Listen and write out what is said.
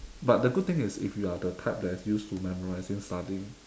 but the good thing is if you are the type that is used to memorizing studying